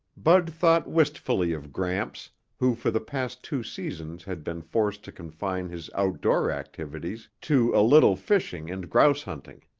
bud thought wistfully of gramps, who for the past two seasons had been forced to confine his outdoor activities to a little fishing and grouse hunting.